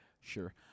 sure